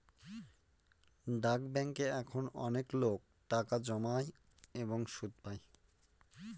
ডাক ব্যাঙ্কে এখন অনেকলোক টাকা জমায় এবং সুদ পাই